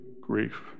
grief